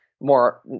more